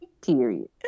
Period